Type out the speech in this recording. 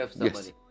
Yes